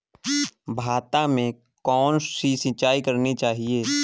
भाता में कौन सी सिंचाई करनी चाहिये?